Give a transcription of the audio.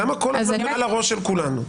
למה כל פעם מעל הראש של כולנו?